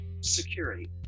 security